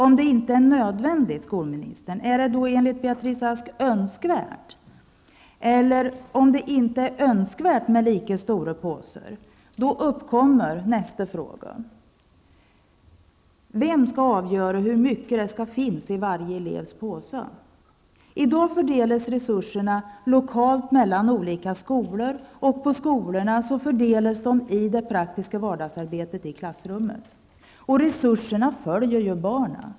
Om det inte är nödvändigt, är det enligt skolministern önskvärt? Om det inte är önskvärt med lika stor påsar uppkommer frågan: Vem skall avgöra hur mycket det skall finnas i varje elevs påse? I dag fördelas resurserna lokalt mellan olika skolor, och på skolorna fördelas de i det praktiska vardagsarbetet i klassrummet. Resurserna följer barnen.